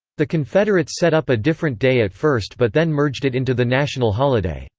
the confederates set up a different day at first but then merged it into the national holiday.